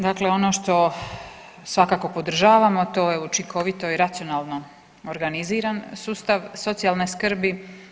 Dakle, ono što svakako podržavamo to je učinkovito i racionalno organiziran sustav socijalne skrbi.